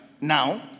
Now